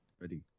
Ready